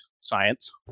science